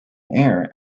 air